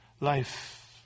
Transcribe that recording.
life